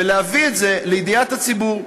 ולהביא את זה לידיעת הציבור.